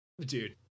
Dude